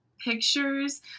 pictures